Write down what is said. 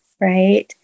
right